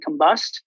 combust